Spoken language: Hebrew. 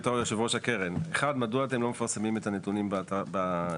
בתור יושב-ראש הקרן: מדוע אתם לא מפרסמים את הנתונים לגבי